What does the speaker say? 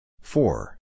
Four